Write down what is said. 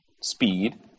speed